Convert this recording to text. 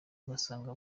ugasanga